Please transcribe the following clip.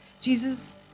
Jesus